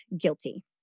guilty